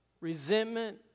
resentment